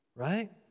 Right